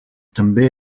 també